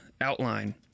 outline